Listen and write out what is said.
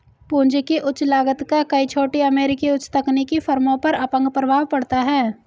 पूंजी की उच्च लागत का कई छोटी अमेरिकी उच्च तकनीकी फर्मों पर अपंग प्रभाव पड़ता है